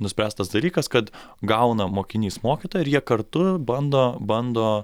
nuspręstas dalykas kad gauna mokinys mokytoją ir jie kartu bando bando